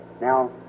Now